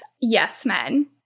yes-men